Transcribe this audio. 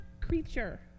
creature